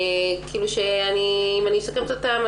אם אני סופרת אותם,